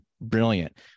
brilliant